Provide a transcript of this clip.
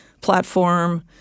platform